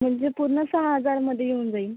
म्हणजे पूर्ण सहा हजारमध्ये येऊन जाईल